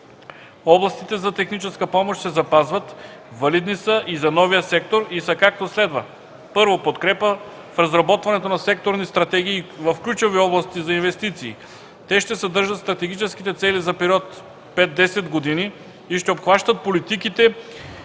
Областите за техническа помощ се запазват, валидни са и за новия сектор, и са както следва: 1. Подкрепа в разработването на секторни стратегии в ключови области за инвестиции. Те ще съдържат стратегическите цели за период 5-10 години и ще обхващат политиките,